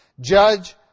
Judge